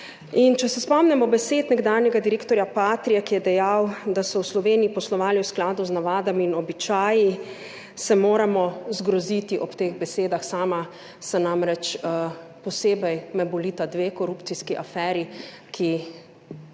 če se spomnimo besed nekdanjega direktorja Patria, ki je dejal, da so v Sloveniji poslovali v skladu z navadami in običaji, se moramo zgroziti ob teh besedah. Sama se namreč, posebej me bolita dve korupcijski aferi, ki